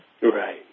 Right